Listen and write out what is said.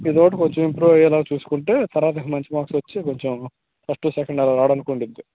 ఇదోకటి కొంచం ఇంప్రూవ్ అయ్యేలా చూసుకుంటే తర్వాత మంచి మార్క్స్ వచ్చి కొంచం ఫస్ట్ సెకండ్ అలా రావడానికి ఉండుద్ది